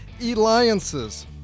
Alliance's